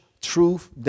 truth